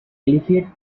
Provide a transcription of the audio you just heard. alleviate